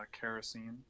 kerosene